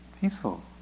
peaceful